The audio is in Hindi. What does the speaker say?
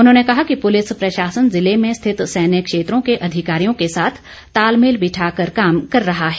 उन्होंने कहा कि पुलिस प्रशासन जिले में स्थित सैन्य क्षेत्रों के अधिकारियों से के साथ तालमेल बिठाकर काम कर रहा है